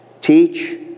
teach